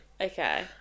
Okay